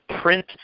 print